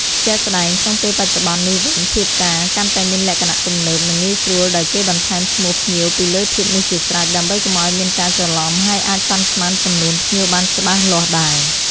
ជាក់ស្ដែង ក្នុងពេលបច្ចុប្បន្ននេះវិញ ធៀបការកាន់តែមានលក្ខណៈទំនើប និងងាយស្រួល ដោយគេបន្ថែមឈ្មោះភ្ញៀវពីលើធៀបនោះជាស្រេច ដើម្បីកុំឱ្យមានការច្រឡំ ហើយអាចប៉ាន់ស្មានចំនួនភ្ញៀវបានច្បាស់លាស់ដែរ។